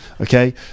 okay